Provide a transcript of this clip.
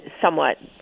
somewhat